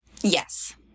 Yes